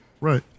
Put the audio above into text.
Right